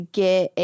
get